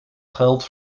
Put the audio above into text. geld